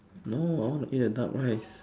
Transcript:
no I want to eat the duck rice